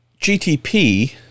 gtp